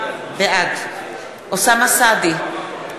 בעד אוסאמה סעדי,